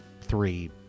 three